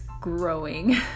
growing